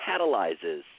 catalyzes